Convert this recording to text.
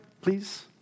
Please